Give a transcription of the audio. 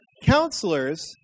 Counselors